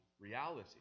reality